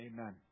Amen